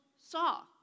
saw